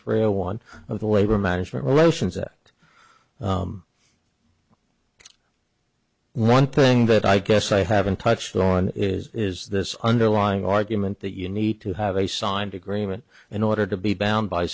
a one of the labor management relations act one thing that i guess i haven't touched on is is this underlying argument that you need to have a signed agreement in order to be bound by